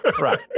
Right